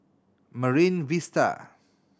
Marine Vista